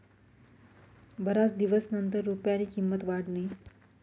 बराच दिवसनंतर रुपयानी किंमत वाढनी